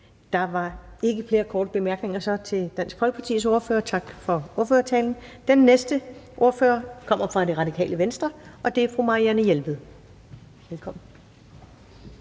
der er ikke flere korte bemærkninger. Tak til Dansk Folkepartis ordfører for ordførertalen. Den næste ordfører kommer fra Radikale Venstre, og det er fru Marianne Jelved. Velkommen.